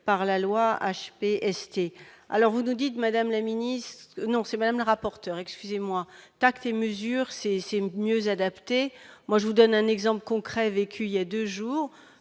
par la loi HPST alors vous nous dites, Madame la Ministre, énoncé même rapporteur excusez-moi tact et mesure, c'est c'est mieux adaptés, moi je vous donne un exemple concret vécu il y a 2 jours,